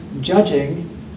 judging